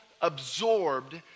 absorbed